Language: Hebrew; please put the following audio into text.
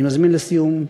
אני מזמין, לסיום,